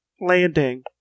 landing